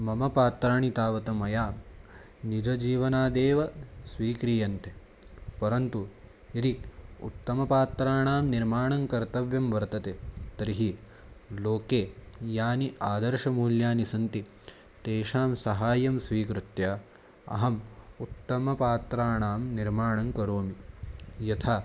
मम पात्राणि तावत् मया निजजीवनादेव स्वीक्रियन्ते परन्तु यदि उत्तमपात्राणां निर्माणं कर्तव्यं वर्तते तर्हि लोके यानि आदर्शमूल्यानि सन्ति तेषां सहाय्यं स्वीकृत्य अहम् उत्तमपात्राणां निर्माणं करोमि यथा